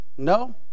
No